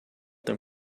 them